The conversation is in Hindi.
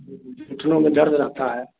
जी जी घुटनों में दर्द रहता है